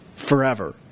Forever